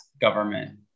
government